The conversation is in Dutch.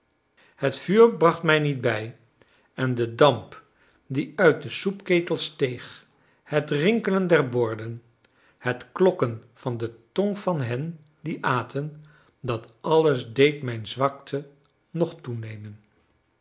het vuur bracht mij niet bij en de damp die uit den soepketel steeg het rinkelen der borden het klokken van de tong van hen die aten dat alles deed mijn zwakte nog toenemen